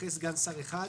אחרי "סגן שר אחד"